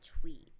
tweet